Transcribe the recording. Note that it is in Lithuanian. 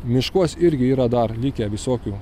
miškuos irgi yra dar likę visokių